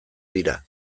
dira